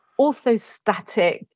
orthostatic